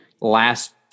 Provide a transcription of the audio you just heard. last